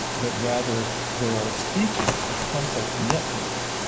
that rather there are features of complex networks,